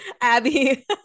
Abby